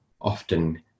often